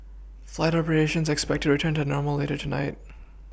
flight operations are expected to return to normal later tonight